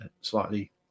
slightly